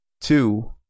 two